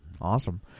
Awesome